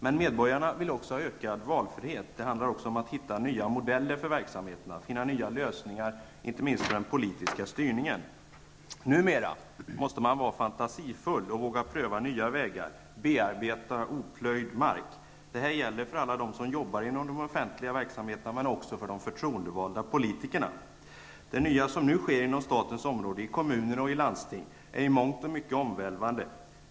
Men medborgarna vill också ha ökad valfrihet. Det handlar också om att hitta nya modeller för verksamheterna, att finna nya lösningar inte minst för den politiska styrningen. Numera måste man vara fantasifull och våga pröva nya vägar, bearbeta oplöjd mark. Detta gäller för alla dem som jobbar inom de offentliga verksamheterna men också för de förtroendevalda politikerna. Det nya som nu sker på det statliga området, i kommuner och landsting är i mångt och mycket omvälvande.